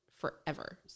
forever